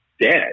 dead